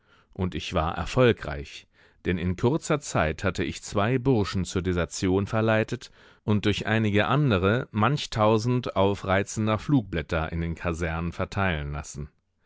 und ich war erfolgreich denn in kurzer zeit hatte ich zwei burschen zur desertion verleitet und durch einige andere manch tausend aufreizender flugblätter in den kasernen verteilen lassen